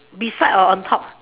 beside or on top